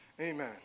Amen